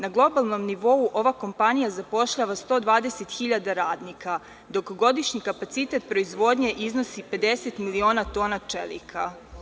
Na globalnom nivou ova kompanija zapošljava 120.000 radnika, dok godišnji kapacitet proizvodnje iznosi 50 miliona tona čelika.